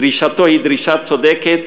דרישתו היא דרישה צודקת